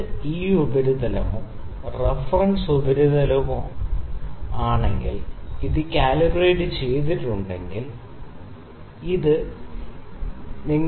ഇത് ഈ ഉപരിതലമോ റഫറൻസ് ഉപരിതലമോ ആണെങ്കിൽ അത് കാലിബ്രേറ്റ് ചെയ്തിട്ടുണ്ടെങ്കിൽ ഈ ഉപരിതലത്തെ അടിസ്ഥാനമാക്കി ഇത് എല്ലായ്പ്പോഴും ഉപയോഗിക്കേണ്ടതുണ്ട്